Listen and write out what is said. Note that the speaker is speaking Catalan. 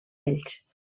ells